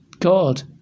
God